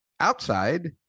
outside